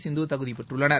சிந்து தகுதி பெற்றுள்ளனர்